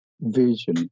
vision